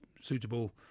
suitable